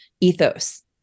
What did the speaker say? ethos